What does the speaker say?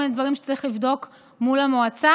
כל מיני דברים שצריך לבדוק מול המועצה,